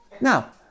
Now